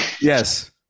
yes